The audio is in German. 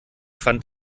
fand